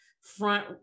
front